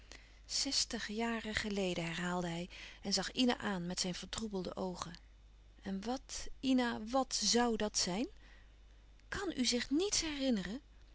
zestig jaren geleden herhaalde hij en zag ina aan met zijn vertroebelde oogen en wat ina wat zoû dat zijn kàn u zich nets herinneren